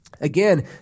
Again